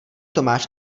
tomáš